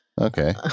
Okay